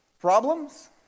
problems